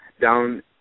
down